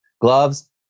Gloves